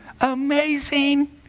amazing